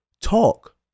talk